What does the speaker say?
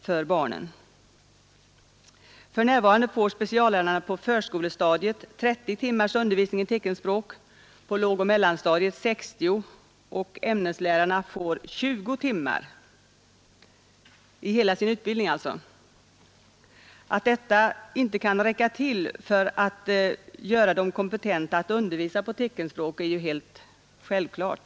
För närvarande får speciallärarna på förskolestadiet 30 timmars undervisning i teckenspråk samt på lågoch mellanstadiet 60. Ämneslärare får 20 timmars undervisning. Att inte detta kan räcka till för att göra dem kompetenta att undervisa på teckenspråk är självklart.